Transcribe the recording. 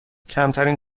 کمترین